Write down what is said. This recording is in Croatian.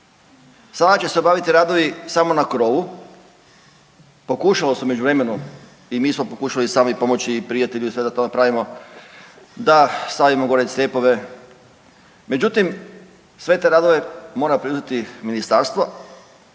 Sada će se obaviti radovi samo na krovu. Pokušalo se u međuvremenu i mi smo pokušali sami pomoći i prijatelji da sve da to napravimo, da stavimo gore crepove. Međutim, sve te radove mora preuzeti ministarstvo